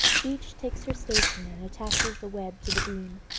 each takes her station and attaches the web to the beam.